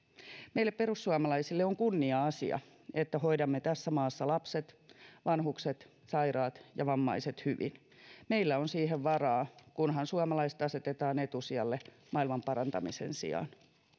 meille perussuomalaisille on kunnia asia että hoidamme tässä maassa lapset vanhukset sairaat ja vammaiset hyvin meillä on siihen varaa kunhan suomalaiset asetetaan etusijalle maailmanparantamisen sijaan